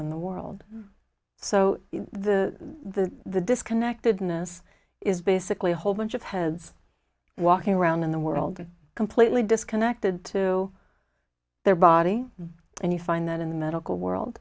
in the world so the the disconnectedness is basically a whole bunch of heads walking around in the world completely disconnected to there body and you find that in the medical world